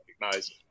recognize